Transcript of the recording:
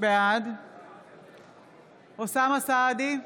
בעד אוסאמה סעדי,